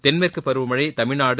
தென்மேற்கு பருவமழை தமிழ்நாடு